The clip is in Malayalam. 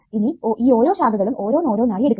ഇനി ഈ ഓരോ ശാഖകളും ഓരോന്നോരോന്നായി എടുക്കുക